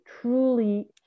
truly